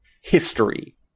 history